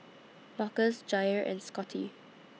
Marcus Jair and Scotty